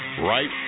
right